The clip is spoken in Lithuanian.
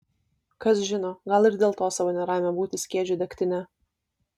kas žino gal ir dėl to savo neramią būtį skiedžiu degtine